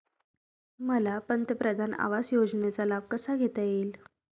मला पंतप्रधान आवास योजनेचा लाभ कसा घेता येईल?